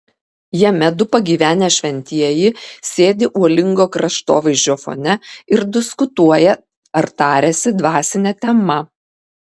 jame du pagyvenę šventieji sėdi uolingo kraštovaizdžio fone ir diskutuoja ar tariasi dvasine tema